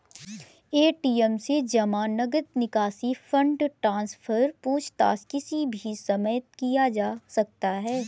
ATM से जमा, नकद निकासी, फण्ड ट्रान्सफर, पूछताछ किसी भी समय किया जा सकता है